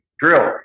drill